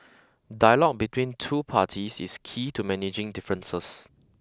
dialogue between two parties is key to managing differences